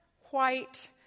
white